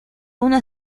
una